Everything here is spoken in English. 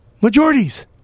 majorities